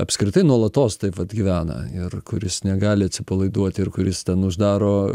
apskritai nuolatos taip vat gyvena ir kuris negali atsipalaiduoti ir kuris ten uždaro